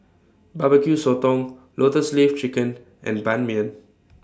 Barbecue Sotong Lotus Leaf Chicken and Ban Mian